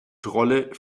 trolle